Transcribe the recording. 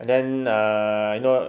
and then err you know